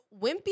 Wimpy